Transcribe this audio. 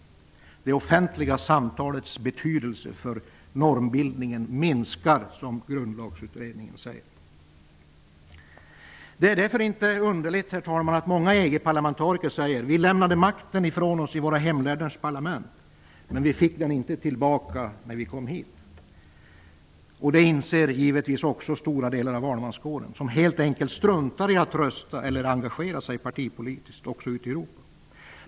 Det offentliga samtalets betydelse för normbildningen minskar, som Det är därför inte underligt, herr talman, att många EG-parlamentariker säger: Vi lämnade från oss makten i våra hemländers parlament, men vi fick den inte tillbaka när vi kom hit. Och detta inser givetvis också stora delar av valmanskåren ute i Europa, som helt enkelt struntar i att rösta eller engagera sig partipolitiskt.